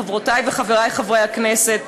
חברותיי וחבריי חברי הכנסת,